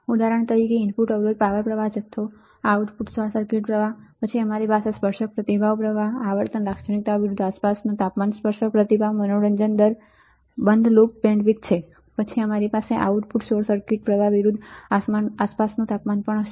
ઉદાહરણ તરીકે ઇનપુટ અવરોધ પાવર પ્રવાહ જથ્થો આઉટપુટ શોર્ટ સર્કિટ પ્રવાહ પછી અમારી પાસે સ્પર્શક પ્રતિભાવ પ્રવાહ આવર્તન લાક્ષણિકતાઓ વિરુદ્ધ આસપાસનુ તાપમાન સ્પર્શક પ્રતિભાવ મનોરંજમનોરંજન દર બંધ લૂપ બેન્ડવિડ્થ છે પછી અમારી પાસે આઉટપુટ શોર્ટ સર્કિટ પ્રવાહ વિરુદ્ધ આસપાસનુ તાપમાન પણ હશે